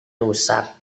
rusak